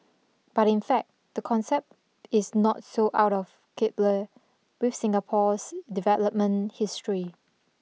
but in fact the concept is not so out of kilter with Singapore's development history